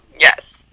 yes